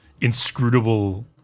inscrutable